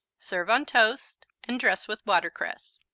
serve on toast and dress with water cress.